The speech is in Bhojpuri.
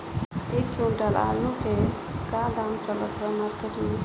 एक क्विंटल आलू के का दाम चलत बा मार्केट मे?